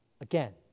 again